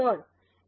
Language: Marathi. तर ए